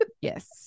yes